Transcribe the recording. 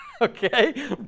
okay